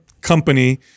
company